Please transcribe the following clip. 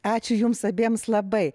ačiū jums abiems labai